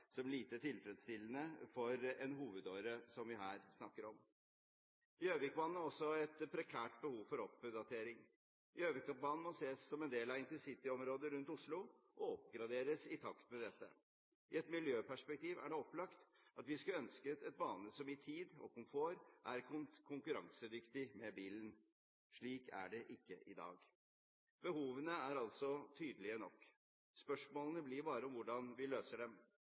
som lite tilfredsstillende for en hovedåre som vi her snakker om. Gjøvikbanen har også et prekært behov for oppdatering. Gjøvikbanen må ses som en del av intercityområdet rundt Oslo og oppgraderes i takt med dette. I et miljøperspektiv er det opplagt at vi skulle ønske en bane som i tid og komfort er konkurransedyktig med bilen. Slik er det ikke i dag. Behovene er altså tydelige nok. Spørsmålene blir bare hvordan vi dekker dem.